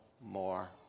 more